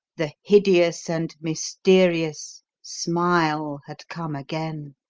the hideous and mysterious smile had come again,